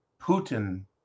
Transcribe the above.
Putin